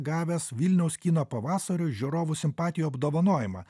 gavęs vilniaus kino pavasario žiūrovų simpatijų apdovanojimą